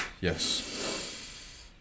Yes